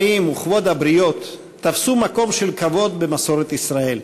ערך החיים וכבוד הבריות תפסו מקום של כבוד במסורת ישראל.